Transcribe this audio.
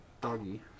doggy